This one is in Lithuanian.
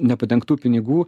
nepadengtų pinigų